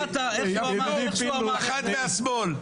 פחד מהשמאל.